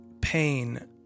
pain